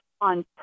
on